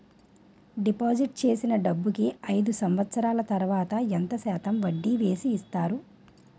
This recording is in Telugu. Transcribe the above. డిపాజిట్ చేసిన డబ్బుకి అయిదు సంవత్సరాల తర్వాత ఎంత శాతం వడ్డీ వేసి ఇస్తారు?